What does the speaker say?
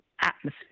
atmosphere